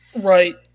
Right